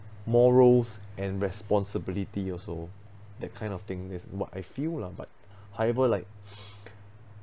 morals and responsibility also that kind of thing that's what I feel lah but however like